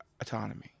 autonomy